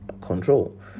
control